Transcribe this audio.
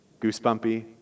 goosebumpy